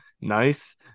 Nice